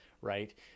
right